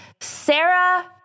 Sarah